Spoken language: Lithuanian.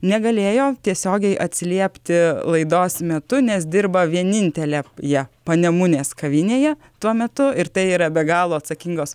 negalėjo tiesiogiai atsiliepti laidos metu nes dirba vienintelė ją panemunės kavinėje tuo metu ir tai yra be galo atsakingos